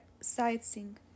sightseeing